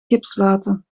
gipsplaten